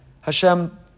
Hashem